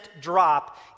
drop